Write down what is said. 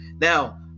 Now